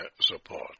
support